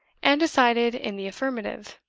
and decided in the affirmative.